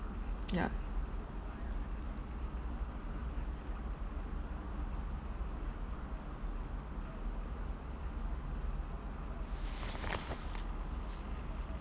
yeah